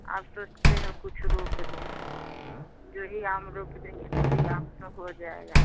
अब सोचते हैं कुछ रोप लें जो भी आम रोप देंगे जो भी आप तो हो जाएगा